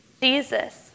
Jesus